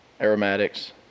aromatics